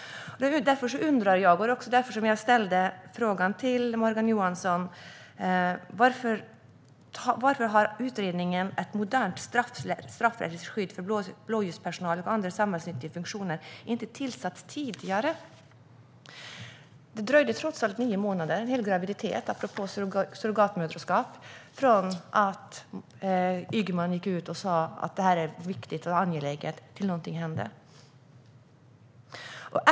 Jag undrar därför, och det var också därför jag ställde min interpellation till Morgan Johansson: Varför har utredningen Ett modernt straffrättsligt skydd för blåljuspersonal och andra samhällsnyttiga funktioner inte tillsatts tidigare? Det dröjde trots allt nio månader - en hel graviditet, apropå surrogatmoderskap - från det att Ygeman gick ut och sa att detta är viktigt och angeläget till dess att något hände.